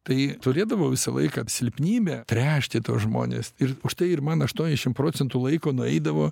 tai turėdavau visą laiką silpnybę tręšti tuos žmones ir štai ir man aštuoniasdešim procentų laiko nueidavo